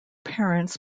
parents